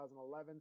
2011